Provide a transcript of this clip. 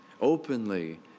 openly